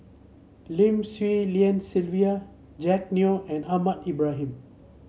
Lim Swee Lian Sylvia Jack Neo and Ahmad Ibrahim